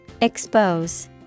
Expose